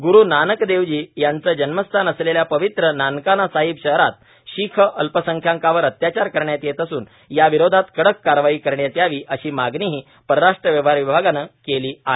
ग्रु नानकदेवजी यांचं जन्मस्थान असलेल्या पवित्र नानकाना साहिब शहरात शीख अल्पसंख्यांकांवर अत्याचार करण्यात येत असून या विरोधात कडक कारवाई करण्यात यावी अशी मागणीही परराष्ट्र व्यवहार विभागानं केली आहे